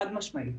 חד-משמעית.